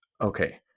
Okay